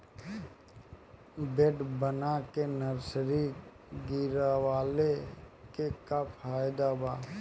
Bed बना के nursery गिरवले के का फायदा बा?